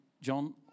john